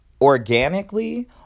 organically